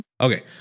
Okay